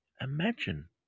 imagine